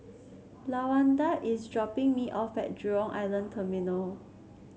Lawanda is dropping me off at Jurong Island Terminal